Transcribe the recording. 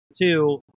Two